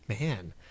Man